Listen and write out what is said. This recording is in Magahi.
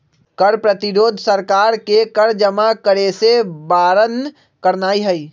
कर प्रतिरोध सरकार के कर जमा करेसे बारन करनाइ हइ